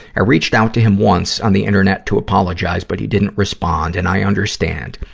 i reached out to him once on the internet to apologize, but he didn't respond, and i understand.